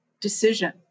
decision